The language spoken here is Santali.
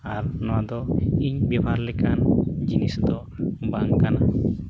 ᱟᱨ ᱱᱚᱣᱟᱫᱚ ᱤᱧ ᱵᱮᱵᱚᱦᱟᱨ ᱞᱮᱠᱟᱱ ᱡᱤᱱᱤᱥᱫᱚ ᱵᱟᱝ ᱠᱟᱱᱟ